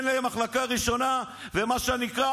אבל המיליארדים, הכסף מתדלק אתכם.